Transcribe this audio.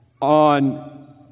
on